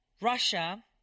Russia